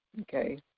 Okay